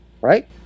right